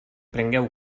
prengueu